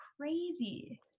crazy